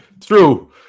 True